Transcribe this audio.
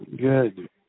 Good